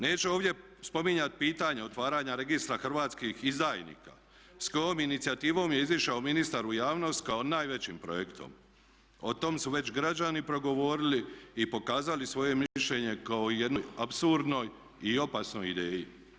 Neću ovdje spominjati pitanje otvaranja registra hrvatskih izdajnika s kojom inicijativom je izišao ministar u javnost kao najvećim projektom, o tom su već građani progovorili i pokazali svoje mišljenje kao jednoj apsurdnoj i opasnoj ideji.